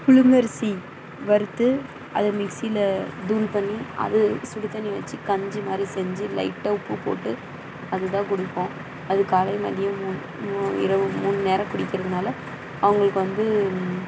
புழுங்கரிசி வறுத்து அதை மிக்சியில் தூள் பண்ணி அது சுடு தண்ணி வச்சி கஞ்சி மாதிரி செஞ்சு லைட்டாக உப்பு போட்டு அதுதான் குடிப்போம் அது காலை மதியம் இரவும் மூணு நேரம் குடிக்கிறதுனால் அவங்களுக்கு வந்து